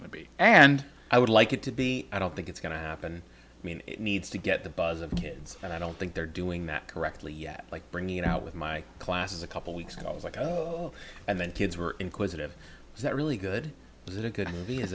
to be and i would like it to be i don't think it's going to happen i mean it needs to get the buzz of kids and i don't think they're doing that correctly yet like bringing it out with my class is a couple weeks ago i was like oh and then kids were inquisitive is that really good is it a good movie is